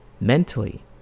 mentally